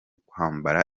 kwambara